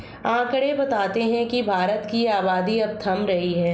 आकंड़े बताते हैं की भारत की आबादी अब थम रही है